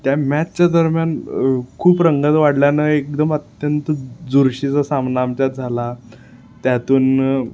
त्या मॅचच्या दरम्यान खूप रंगत वाढल्यानं एकदम अत्यंत चुरशीचा सामना आमच्यात झाला त्यातून